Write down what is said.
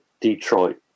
Detroit